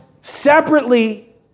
separately